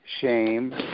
shame